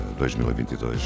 2022